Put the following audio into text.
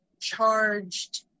charged